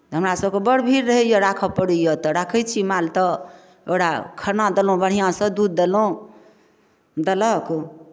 तऽ हमरासभकेँ बड़ भीर रहैए राखय पड़ैए तऽ राखैत छी माल तऽ ओकरा खाना देलहुँ बढ़िआँसँ दूध देलहुँ देलक